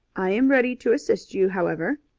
i am ready to assist you, however.